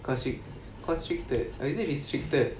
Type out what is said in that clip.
constricct constricted or is it restricted